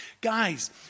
guys